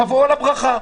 תבואו על הברכה.